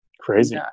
Crazy